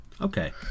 Okay